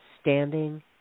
standing